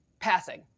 passing